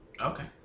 Okay